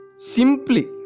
Simply